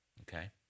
Okay